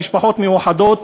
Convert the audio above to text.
המשפחות מאוחדות,